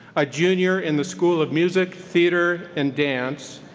a junior in the school of music, theater, and dance,